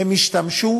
הם השתמשו